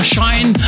Shine